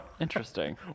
interesting